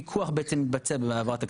לאיזה גורמים פרטיים זה עובר?